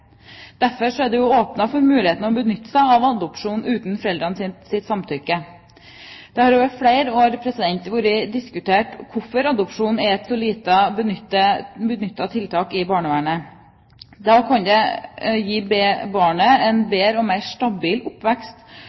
Derfor er det åpnet for mulighet til å benytte seg av adopsjon uten foreldrenes samtykke. Det har over flere år vært diskutert hvorfor adopsjon er et så lite benyttet tiltak i barnevernet, da det kan gi barnet en bedre og mer stabil oppvekst.